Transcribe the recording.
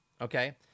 Okay